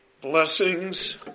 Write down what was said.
blessings